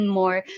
more